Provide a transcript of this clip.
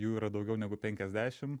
jų yra daugiau negu penkiasdešim